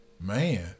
man